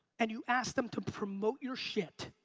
and you ask them to promote your shit.